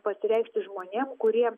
pasireikšti žmonėm kurie